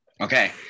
Okay